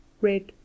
red